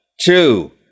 two